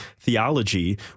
Theology